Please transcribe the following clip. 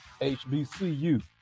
HBCU